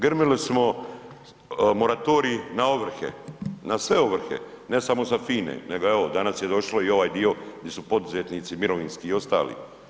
Grmili smo moratorij na ovrhe, na sve ovrhe, ne samo sa FINA-e, nego evo, danas je došlo i ovaj dio di su poduzetnici, mirovinski i ostali.